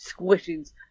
squishings